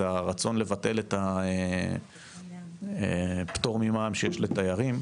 הרצון לבטל את הפטור ממע"מ שיש לתיירים,